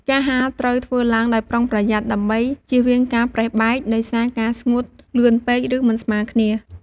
ការហាលត្រូវធ្វើឡើងដោយប្រុងប្រយ័ត្ន ដើម្បីជៀសវាងការប្រេះបែកដោយសារការស្ងួតលឿនពេក ឬមិនស្មើគ្នា។